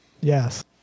Yes